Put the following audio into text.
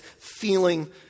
feeling